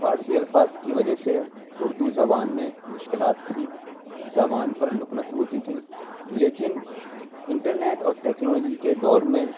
فارسی الفاظ کی وجہ سے اردو زبان میں مشکلات تھیں زبان پر لکنت ہوتی تھی لیکن انٹرنیٹ اور ٹیکنالوجی کے دور میں